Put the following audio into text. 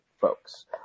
folks